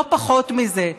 לא פחות מזה.